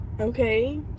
okay